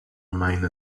mine